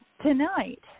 tonight